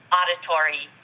auditory